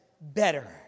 better